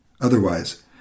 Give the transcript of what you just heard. Otherwise